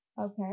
Okay